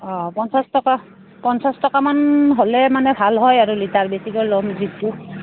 অঁ পঞ্চাছ টকা পঞ্চাছ টকামান হ'লে মানে ভাল হয় আৰু লিটাৰ বেছিকৈ ল'ম